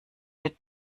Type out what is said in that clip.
der